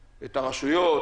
את הרשויות,